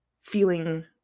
feeling